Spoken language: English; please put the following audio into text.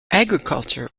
agriculture